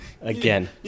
again